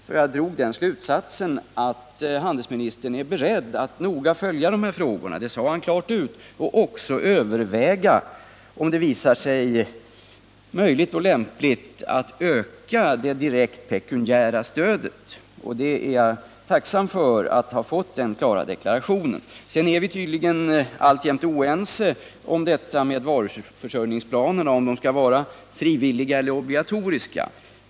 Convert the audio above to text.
Jag drar därför den slutsatsen att handelsministern är beredd att noga följa de här frågorna, vilket han sade klart ut, och även att överväga, om det visar sig möjligt och lämpligt, att öka det direkt pekuniära stödet. Jag är tacksam för att ha fått den klara deklarationen. Sedan är vi tydligen alltjämt oense om detta med varuförsörjningsplanerna, om de skall vara frivilliga eller obligatoriska.